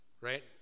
right